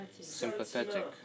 sympathetic